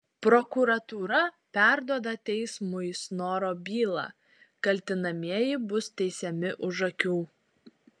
prokuratūra perduoda teismui snoro bylą kaltinamieji bus teisiami už akių